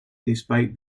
despite